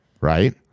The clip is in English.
right